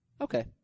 Okay